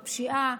בפשיעה,